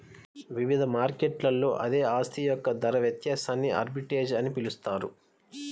వివిధ మార్కెట్లలో అదే ఆస్తి యొక్క ధర వ్యత్యాసాన్ని ఆర్బిట్రేజ్ అని పిలుస్తారు